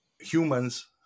Humans